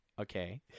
okay